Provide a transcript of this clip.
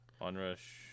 Onrush